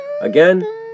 Again